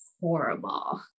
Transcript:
horrible